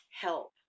help